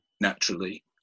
naturally